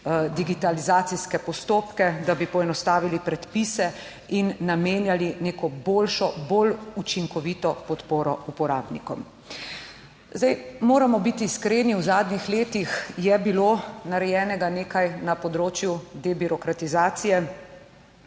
digitalizacijske postopke, da bi poenostavili predpise in namenjali neko bolj učinkovito podporo uporabnikom. Zdaj moramo biti iskreni, v zadnjih letih je bilo narejenega nekaj na področju debirokratizacije,